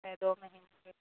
है दो महीने के